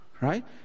Right